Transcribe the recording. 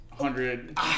hundred